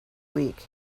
week